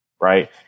Right